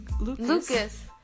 Lucas